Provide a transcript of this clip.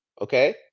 okay